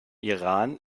iran